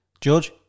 George